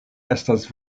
estas